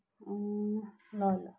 ल ल